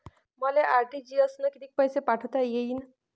मले आर.टी.जी.एस न कितीक पैसे पाठवता येईन?